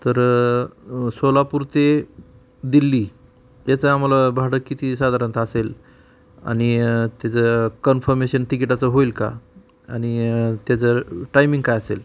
तर सोलापूर ते दिल्ली याचं आम्हाला भाडं किती साधारणतः असेल आणि त्याचं कन्फमेशन तिगिटाचं होईल का आणि त्याचं टायमिंग काय असेल